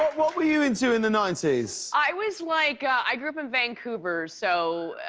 what were you into in the ninety s? i was like i grew up in vancouver so